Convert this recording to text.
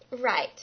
Right